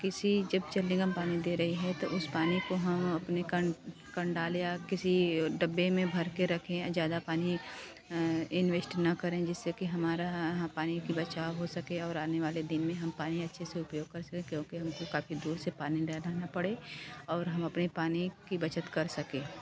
किसी जब चल निगम पानी दे रही है तो उसे पानी को हम अपने कंडाल या किसी डब्बे में भर के रखे हैं ज्यादा पानी इन्वेश्ट ना करें जिससे कि हमारे पानी का बचाव हो सके और आने वाले दिन में हम अपने अच्छे से उपयोग कर सकें क्योंकि हम को काफी दूर से पानी देना पड़े और हम अपने पानी की बचत कर सकें